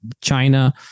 China